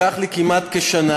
לקח לי כמעט כשנה,